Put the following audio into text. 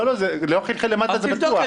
לא, זה לא חלחל למטה, זה בטוח.